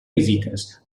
visites